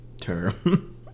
term